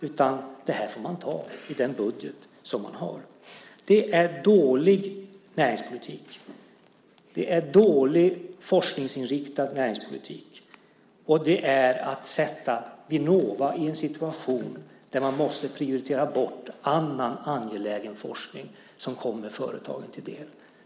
Utan det här får man ta i den budget som man har. Det är dålig näringspolitik, det är dålig forskningsinriktad näringspolitik, och det är att sätta Vinnova i en situation där man måste prioritera bort annan angelägen forskning som kommer företagen till del.